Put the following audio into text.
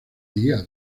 día